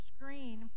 screen